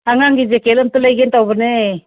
ꯑꯉꯥꯡꯒꯤ ꯖꯦꯛꯀꯦꯠ ꯑꯃꯠꯇ ꯂꯩꯒꯦ ꯇꯧꯕꯅꯦ